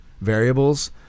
variables